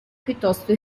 piuttosto